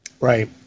Right